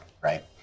right